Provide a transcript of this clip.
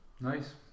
Nice